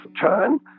turn